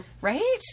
right